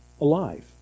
alive